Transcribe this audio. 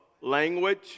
language